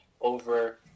over